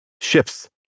Ships